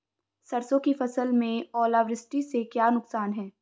सरसों की फसल में ओलावृष्टि से क्या नुकसान है?